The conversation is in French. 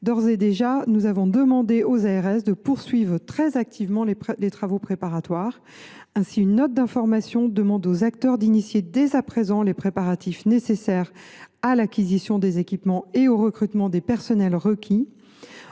agences régionales de santé (ARS) de poursuivre très activement les travaux préparatoires. Ainsi, une note d’information demande aux acteurs d’engager dès à présent les préparatifs nécessaires à l’acquisition des équipements et au recrutement du personnel requis.